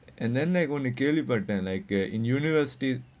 and then like ஒன்னு கேள்விப்பட்டேன்:onnu kelvipattaen like uh in universities